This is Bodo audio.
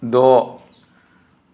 द